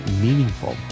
meaningful